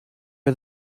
are